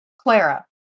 Clara